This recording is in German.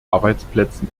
arbeitsplätzen